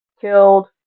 killed